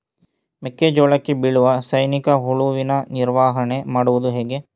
ಮೆಕ್ಕೆ ಜೋಳಕ್ಕೆ ಬೀಳುವ ಸೈನಿಕ ಹುಳುವಿನ ನಿರ್ವಹಣೆ ಮಾಡುವುದು ಹೇಗೆ?